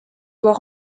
doit